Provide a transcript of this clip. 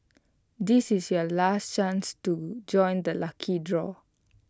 this is your last chance to join the lucky draw